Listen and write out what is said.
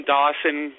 Dawson